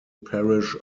parish